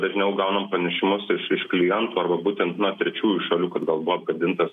dažniau gaunam pranešimus iš iš klientų arba būtent na trečiųjų šalių kad gal buvo apgadintas